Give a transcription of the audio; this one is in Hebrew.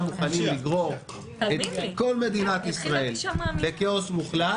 מוכנים לגרור את כל מדינת ישראל לכאוס מוחלט,